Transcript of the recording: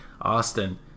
Austin